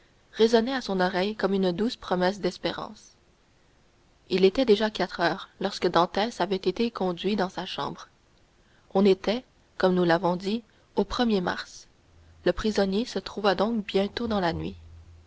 résonnaient à son oreille comme une douce promesse d'espérance il était déjà quatre heures lorsque dantès avait été conduit dans sa chambre on était comme nous l'avons dit au er mars le prisonnier se trouva donc bientôt dans la nuit